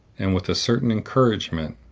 and with a certain encouragement,